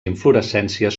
inflorescències